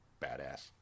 badass